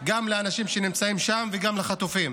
גם לאנשים שנמצאים שם וגם לחטופים.